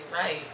right